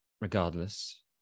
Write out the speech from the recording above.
regardless